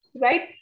right